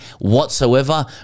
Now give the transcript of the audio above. whatsoever